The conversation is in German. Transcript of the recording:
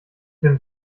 bin